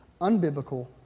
unbiblical